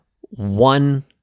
one